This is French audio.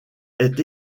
est